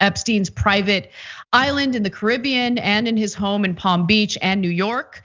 epstein's private island in the caribbean and in his home in palm beach and new york.